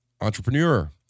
Entrepreneur